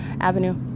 Avenue